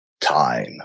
time